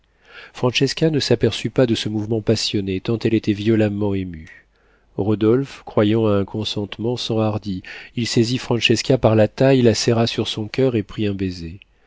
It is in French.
ne s'aperçut pas de ce mouvement passionné tant elle était violemment émue rodolphe croyant à un consentement s'enhardit il saisit francesca par la taille la serra sur son coeur et prit un baiser